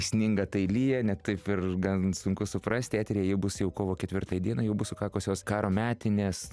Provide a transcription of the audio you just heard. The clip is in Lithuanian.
sninga tai lyja ne taip ir gan sunku suprasti eteryje ji bus jau kovo ketvirtąją dieną jau bus sukakusios karo metinės